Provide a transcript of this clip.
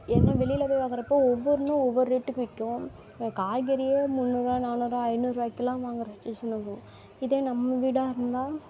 ஏன்னா வெளியில் போய் வாங்குகிறப்போ ஒவ்வொன்றும் ஒவ்வொரு ரேட்டுக்கு விற்கும் காய்கறியே முந்நூறுரூவா நானூறுரூவா ஐந்நூறுரூவாய்க்கு எல்லாம் வாங்குகிற சுச்சிவேஷன் வரும் இதே நம்ம வீடாக இருந்தால்